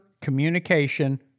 communication